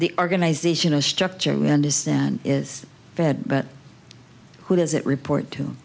the organizational structure we understand is dead but who does it report to